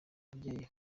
ababyeyi